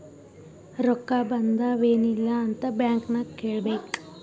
ರೊಕ್ಕಾ ಬಂದಾವ್ ಎನ್ ಇಲ್ಲ ಅಂತ ಬ್ಯಾಂಕ್ ನಾಗ್ ಕೇಳಬೇಕ್